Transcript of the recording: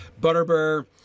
Butterbur